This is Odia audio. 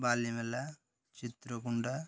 ବାଲିମେଳା ଚିତ୍ରକୁଣ୍ଡା